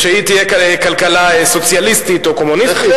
שהיא תהיה כלכלה סוציאליסטית או קומוניסטית.